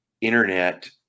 Internet